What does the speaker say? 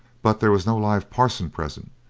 but there was no live parson present,